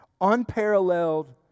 unparalleled